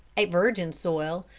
a virgin soil,